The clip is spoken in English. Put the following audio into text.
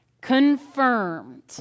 confirmed